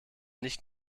nicht